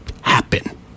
happen